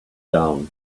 down